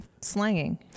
slanging